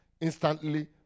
instantly